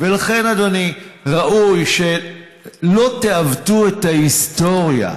ולכן, אדוני, ראוי שלא תעוותו את ההיסטוריה.